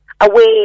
away